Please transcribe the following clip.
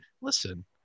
Listen